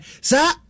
sa